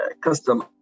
custom